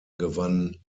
gewann